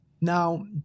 Now